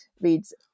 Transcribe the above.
reads